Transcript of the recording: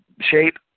shape